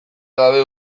gabe